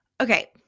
Okay